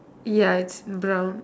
ya it's brown